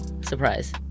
Surprise